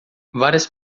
várias